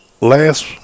last